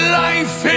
life